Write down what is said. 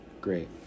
Great